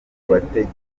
bategerejwe